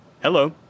hello